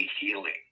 healing